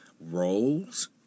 roles